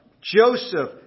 Joseph